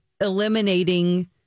eliminating